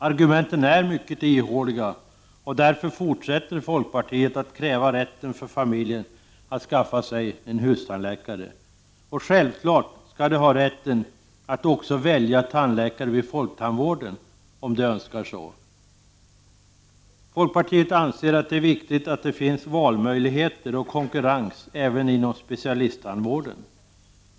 Argumenten är mycket ihåliga, och därför fortsätter folkpartiet att kräva rätt för familjen att skaffa sig en ”hustandläkare”. Självfallet skall man ha rätt att också välja tandläkaren vid folktandvården, om man så önskar. Folkpartiet anser att det är viktigt att det finns valmöjligheter och konkurrens även inom specialisttandvården.